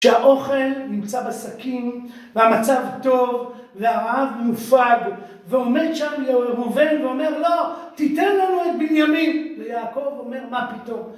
כשהאוכל נמצא בסכין, והמצב טוב, והרעב מופג, ועומד שם ראובן ואומר, לא, תיתן לנו את בנימין, ויעקב אומר, מה פתאום